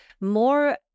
more